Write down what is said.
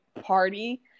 party